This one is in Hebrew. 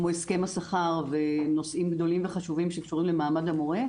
כמו הסכם השכר ונושאים גדולים וחשובים שקשורים למעמד המורה,